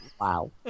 Wow